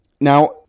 now